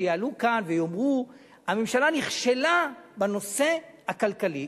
שיעלו לכאן ויאמרו: הממשלה נכשלה בנושא הכלכלי.